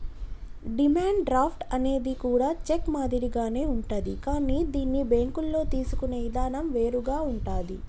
demand draft అనేది కూడా cheque మాదిరిగానే ఉంటాది కానీ దీన్ని బ్యేంకుల్లో తీసుకునే ఇదానం వేరుగా ఉంటాది